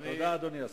תודה, אדוני השר.